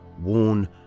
worn